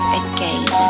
again